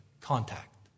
contact